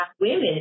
women